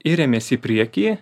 iriamės į priekį